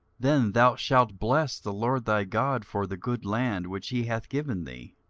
then thou shalt bless the lord thy god for the good land which he hath given thee.